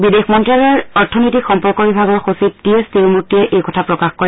বিদেশ মন্তালয়ৰ অৰ্থনৈতিক সম্পৰ্ক বিভাগৰ সচিব টি এছ তিৰুমূৰ্তিয়ে এই কথা প্ৰকাশ কৰে